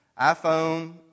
iPhone